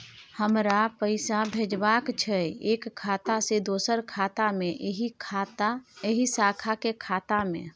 हमरा पैसा भेजबाक छै एक खाता से दोसर खाता मे एहि शाखा के खाता मे?